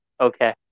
Okay